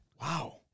Wow